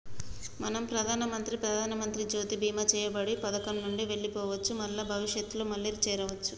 మనం ప్రధానమంత్రి ప్రధానమంత్రి జ్యోతి బీమా చేయబడిన పథకం నుండి వెళ్లిపోవచ్చు మల్ల భవిష్యత్తులో మళ్లీ చేరవచ్చు